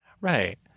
right